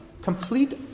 complete